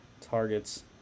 targets